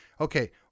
Okay